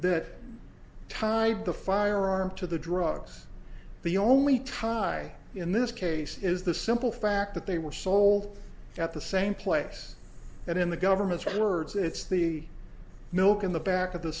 that tied the firearm to the drugs the only tie in this case is the simple fact that they were sold at the same place and in the government's words it's the milk in the back of the